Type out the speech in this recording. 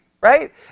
Right